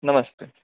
नमस्ते